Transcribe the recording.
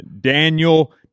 Daniel